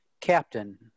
captain